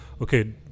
okay